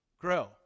Grow